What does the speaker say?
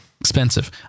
Expensive